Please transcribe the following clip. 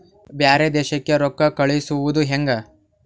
ಬ್ಯಾರೆ ದೇಶಕ್ಕೆ ರೊಕ್ಕ ಕಳಿಸುವುದು ಹ್ಯಾಂಗ?